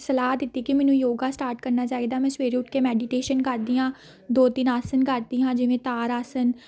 ਸਲਾਹ ਦਿੱਤੀ ਕਿ ਮੈਨੂੰ ਯੋਗਾ ਸਟਾਰਟ ਕਰਨਾ ਚਾਹੀਦਾ ਮੈਂ ਸਵੇਰੇ ਉੱਠ ਕੇ ਮੈਡੀਟੇਸ਼ਨ ਕਰਦੀ ਹਾਂ ਦੋ ਤਿੰਨ ਆਸਨ ਕਰਦੀ ਹਾਂ ਜਿਵੇਂ ਤਾੜ ਆਸਨ